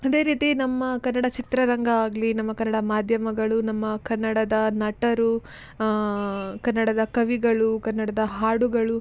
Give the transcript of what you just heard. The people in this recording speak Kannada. ಅದೇ ರೀತಿ ನಮ್ಮ ಕನ್ನಡ ಚಿತ್ರರಂಗ ಆಗಲಿ ನಮ್ಮ ಕನ್ನಡ ಮಾಧ್ಯಮಗಳು ನಮ್ಮ ಕನ್ನಡದ ನಟರು ಕನ್ನಡದ ಕವಿಗಳು ಕನ್ನಡದ ಹಾಡುಗಳು